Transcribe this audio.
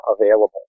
available